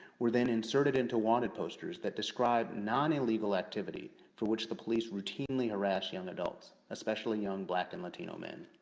were then inserted into wanted posters that describe non illegal activity, for which the police routinely harass young adults, especially young black and latino men.